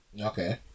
Okay